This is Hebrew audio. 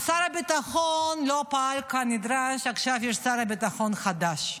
שר הביטחון לא פעל כנדרש, עכשיו יש שר ביטחון חדש,